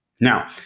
now